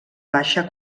baixa